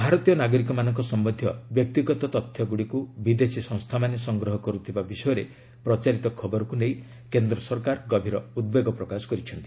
ଭାରତୀୟ ନାଗରିକମାନଙ୍କ ସମ୍ବନ୍ଧୀୟ ବ୍ୟକ୍ତିଗତ ତଥ୍ୟଗୁଡ଼ିକୁ ବିଦେଶୀ ସଂସ୍ଥାମାନେ ସଂଗ୍ରହ କରୁଥିବା ବିଷୟରେ ପ୍ରଚାରିତ ଖବରକୁ ନେଇ କେନ୍ଦ୍ର ସରକାର ଗଭୀର ଉଦ୍ବେଗ ପ୍ରକାଶ କରିଛନ୍ତି